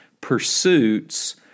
pursuits